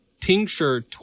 tincture